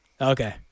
Okay